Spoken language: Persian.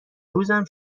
روزم